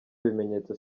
bimenyetso